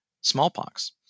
smallpox